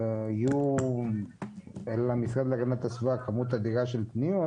יהיו למשרד להגנת הסביבה כמות אדירה של פניות